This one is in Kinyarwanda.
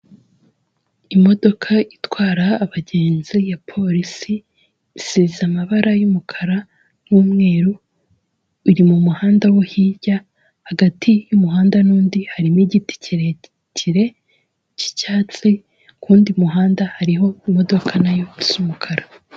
Imodoka itwara abagenzi ya polisi, isize amabara y'umukara n'umweru, iri mu muhanda wo hirya, hagati y'umuhanda n'undi harimo igiti kirekire cy'icyatsi, ku wundi muhanda hariho imodoka na yo isa umukara.